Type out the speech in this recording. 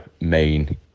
main